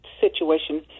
situation